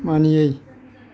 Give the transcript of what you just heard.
मानियै